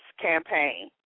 campaign